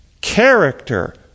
character